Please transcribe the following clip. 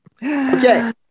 Okay